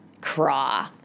craw